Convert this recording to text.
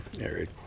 Eric